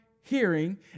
hearing